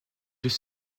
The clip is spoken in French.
deux